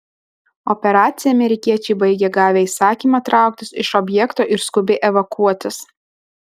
operaciją amerikiečiai baigė gavę įsakymą trauktis iš objekto ir skubiai evakuotis